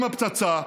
עם הפצצה,